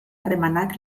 harremanak